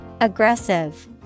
Aggressive